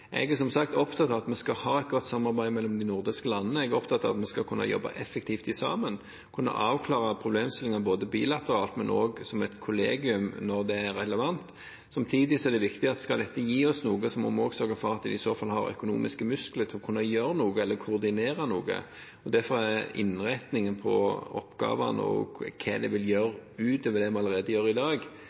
Jeg er som sagt opptatt av at vi skal ha et godt samarbeid mellom de nordiske landene. Jeg er opptatt av at vi skal kunne jobbe effektivt sammen, kunne avklare problemstillinger både bilateralt og som et kollegium når det er relevant. Samtidig er det viktig at om dette skal gi oss noe, må vi også sørge for at vi har økonomiske muskler til å kunne gjøre noe eller koordinere noe. Derfor er det innretningen på oppgavene og hva det vil gjøre ut over det vi allerede gjør i dag,